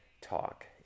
talk